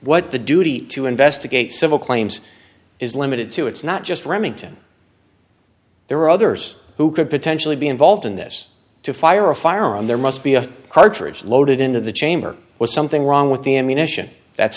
what the duty to investigate civil claims is limited to it's not just remington there are others who could potentially be involved in this to fire a firearm there must be a cartridge loaded into the chamber was something wrong with the ammunition that's